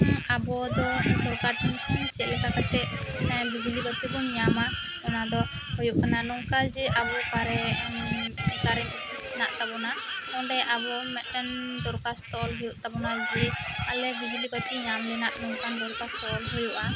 ᱟᱵᱚ ᱫᱚ ᱥᱚᱨᱠᱟᱨ ᱴᱷᱮᱱ ᱠᱷᱚᱱ ᱪᱮᱫ ᱞᱮᱠᱟ ᱠᱟᱛᱮ ᱵᱤᱡᱽᱞᱤ ᱵᱟᱹᱛᱤ ᱵᱚᱱ ᱧᱟᱢᱟ ᱚᱱᱟ ᱫᱚ ᱦᱩᱭᱩᱜ ᱠᱟᱱᱟ ᱱᱚᱝᱠᱟ ᱡᱮ ᱟᱵᱚ ᱚᱠᱟᱨᱮ ᱠᱟᱨᱮᱱ ᱳᱯᱷᱤᱥ ᱦᱮᱱᱟᱜ ᱛᱟᱵᱚᱱᱟ ᱚᱸᱰᱮ ᱟᱵᱚ ᱢᱤᱫ ᱴᱟᱱ ᱫᱚᱨᱠᱟᱥᱛᱚ ᱚᱞ ᱦᱩᱭᱩᱜ ᱛᱟᱵᱚᱱᱟ ᱡᱮ ᱟᱞᱮ ᱵᱤᱡᱽᱞᱤ ᱵᱟᱹᱛᱤ ᱧᱟᱢ ᱞᱮᱱᱟᱜ ᱱᱚᱝᱠᱟᱱ ᱫᱚᱨᱠᱟᱥᱛᱚ ᱚᱞ ᱦᱩᱭᱩᱜᱼᱟ